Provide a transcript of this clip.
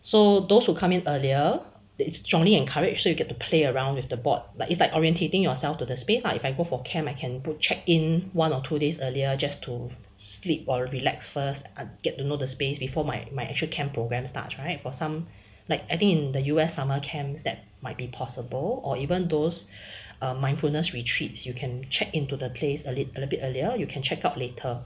so those who come in earlier that is strongly encouraged so you get to play around with the board but it's like orienteering yourself to the space lah if I go for camp I can put check in one or two days earlier just to sleep or relax first and get to know the space before my my actual camp programs start right for some like I think in the U_S summer camps that might be possible or even those mindfulness retreats you can check into the space a little bit earlier you can check out later